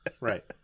Right